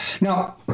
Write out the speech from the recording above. Now